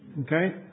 Okay